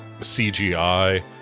cgi